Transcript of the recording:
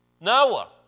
Noah